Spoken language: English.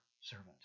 servant